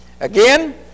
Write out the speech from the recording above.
Again